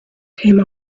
came